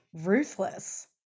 ruthless